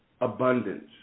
abundance